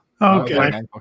Okay